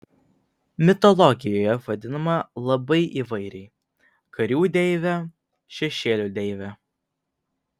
mitologijoje vadinama labai įvairiai karių deive šešėlių deive